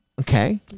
Okay